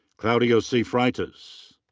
claudio c. freitas.